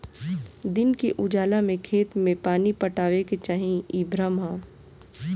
दिन के उजाला में खेत में पानी पटावे के चाही इ भ्रम ह